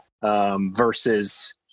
versus